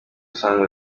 usanzwe